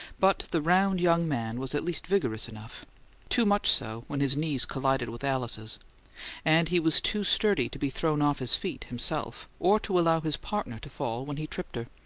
but the round young man was at least vigorous enough too much so, when his knees collided with alice's and he was too sturdy to be thrown off his feet, himself, or to allow his partner to fall when he tripped her.